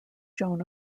joan